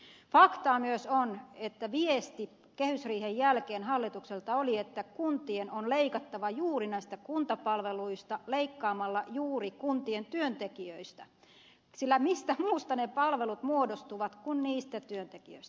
faktaa myös on että viesti kehysriihen jälkeen hallitukselta oli että kuntien on leikattava juuri näistä kuntapalveluista leikkaamalla juuri kuntien työntekijöistä sillä mistä muusta ne palvelut muodostuvat kuin niistä työntekijöistä